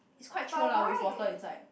it's quite chio lah with water inside